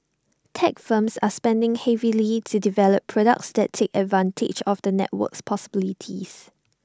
tech firms are spending heavily to develop products that take advantage of the network's possibilities